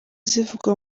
zivugwa